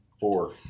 four